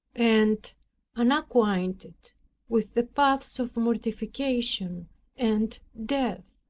and unacquainted with the paths of mortification and death.